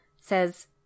says